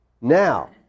Now